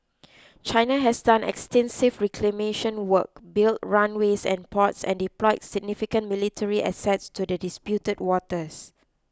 China has done extensive reclamation work built runways and ports and deploy significant military assets to the disputed waters